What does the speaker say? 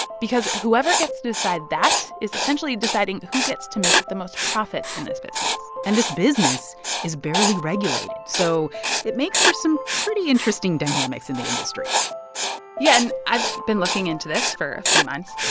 because whoever gets to decide that is essentially deciding who gets to make the most profits in this business and this business is barely regulated, so it makes for some pretty interesting dynamics in the industry yeah. and i've been looking into this for a few months,